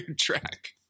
track